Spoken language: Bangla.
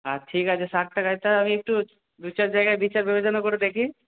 আচ্ছা ঠিক আছে ষাট টাকারটা ওই একটু দু চার জায়গায় বিচার বিবেচনা করে দেখি